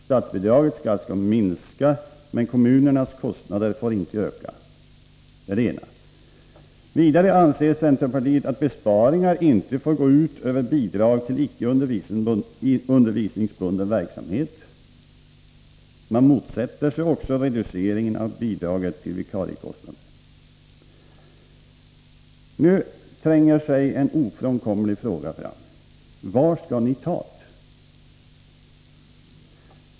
Statsbidraget skall alltså minska, men kommunernas kostnader får inte öka. Vidare anser centerpartiet att besparingarna inte får gå ut över bidrag till icke undervisningsbunden verksamhet. Man motsätter sig också reduceringen av bidraget till vikariekostnader. Nu tränger sig en ofrånkomlig fråga fram: Var skall centern ta pengarna?